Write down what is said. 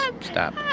stop